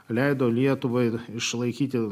leido lietuvai išlaikyti